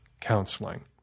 counseling